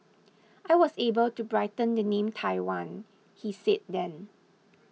I was able to brighten the name Taiwan he said then